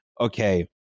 okay